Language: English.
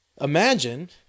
imagine